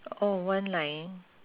oh one line